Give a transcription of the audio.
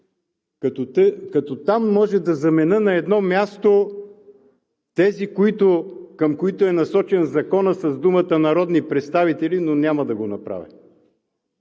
като там може да заменя на едно място тези, към които е насочен Законът, с думите „народни представители“, но няма да го направя.